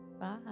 Bye